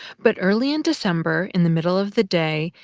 but early in december, in the middle of the day,